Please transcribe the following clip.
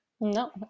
No